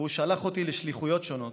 הוא שלח אותי לשליחויות שונות,